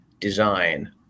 design